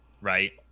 Right